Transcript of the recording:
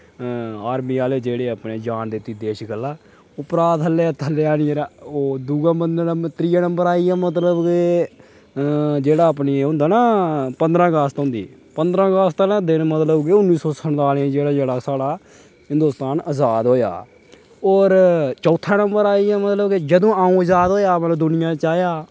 army आह्ले जेह्ड़े अपनी जान दित्ती देश गल्ला उप्परा दा थल्लै थल्लै आह्ली जरा ओह् दूए बंदे नै ते त्रीए नंबर आई गेआ मतलब कि जेह्ड़ा अपनी होंदा ना पंदरां अगस्त होंदी पंदरां अगस्त आह्ले दिन मतलब के उन्नी सौ संताली जेह्ड़ा जेह्ड़ा साढ़ा हिन्दोस्तान अजाद होएआ हा होर चौथा नंबर आई गेआ मतलब के जदूं अ'ऊं अजाद होए हा मतलब दुनियां च आया हा